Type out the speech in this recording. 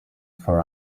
for